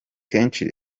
kenshi